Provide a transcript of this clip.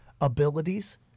abilities